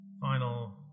final